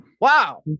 Wow